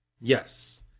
yes